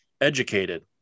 educated